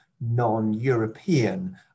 non-European